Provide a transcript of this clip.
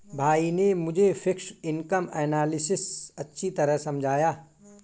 भाई ने मुझे फिक्स्ड इनकम एनालिसिस अच्छी तरह समझाया